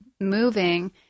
moving